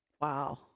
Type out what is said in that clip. Wow